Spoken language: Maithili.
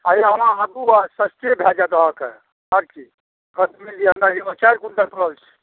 आइ अहाँ आबू सस्ते भऽ जाएत अहाँके आओर की चारि क्विन्टल पड़ल छै